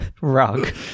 rug